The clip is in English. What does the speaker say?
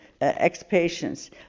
ex-patients